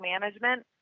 management